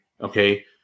Okay